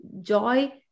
joy